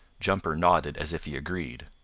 jumper nodded as if he agreed.